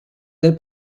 del